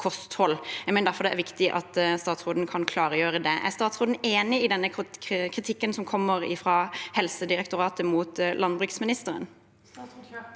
Jeg mener derfor det er viktig at statsråden kan klargjøre det. Er statsråden enig i denne kritikken som kommer fra Helsedirektoratet til landbruksministeren?